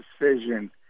decision